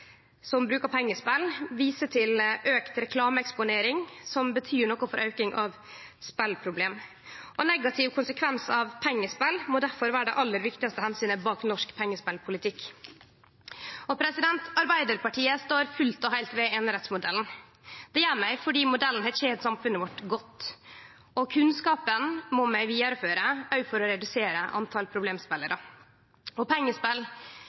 som brukar pengespel, viser til at auka reklameeksponering betyr noko for auking av speleproblem. Negative konsekvensar av pengespel må derfor vere det aller viktigaste omsynet bak norsk pengespelpolitikk. Arbeidarpartiet står fullt og heilt ved einerettsmodellen. Det gjer vi fordi modellen har tent samfunnet vårt godt. Kunnskapen må vi vidareføre, òg for å redusere antalet problemspelarar. Pengespel